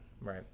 Right